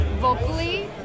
vocally